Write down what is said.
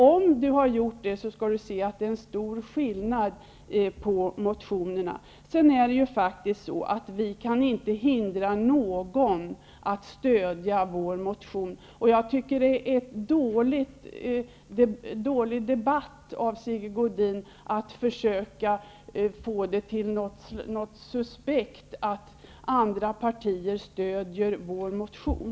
Om han har gjort det vet han att det är stor skillnad mellan motionerna. Vi kan inte hindra någon att stödja vår motion. Det är dåligt av Sigge Godin att försöka få det att verka suspekt att andra partier stödjer vår motion.